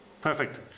Perfect